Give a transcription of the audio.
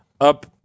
up